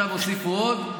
עכשיו הוסיפו עוד,